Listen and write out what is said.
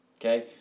okay